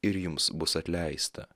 ir jums bus atleista